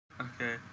Okay